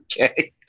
Okay